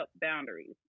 boundaries